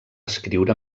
escriure